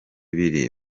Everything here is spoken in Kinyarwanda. bibiri